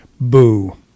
Boo